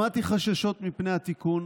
שמעתי חששות מפני התיקון,